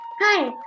Hi